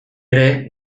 ere